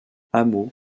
hameaux